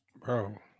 bro